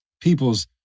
people's